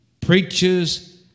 preachers